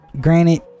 granted